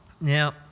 Now